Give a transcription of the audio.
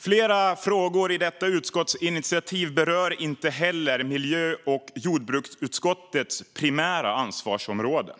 Flera frågor i detta utskottsinitiativ berör inte heller miljö och jordbruksutskottets primära ansvarsområde.